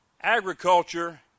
agriculture